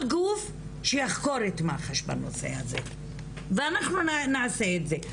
גוף שיחקור את מח"ש בנושא הזה ואנחנו נעשה את זה,